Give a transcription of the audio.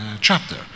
chapter